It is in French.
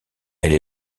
elle